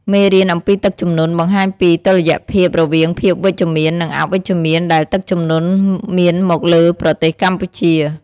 មេរៀនអំពីទឹកជំនន់បង្ហាញពីតុល្យភាពរវាងភាពវិជ្ជមាន និងអវិជ្ជមានដែលទឹកជំនន់មានមកលើប្រទេសកម្ពុជា។